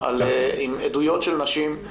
עם עדויות של נשים,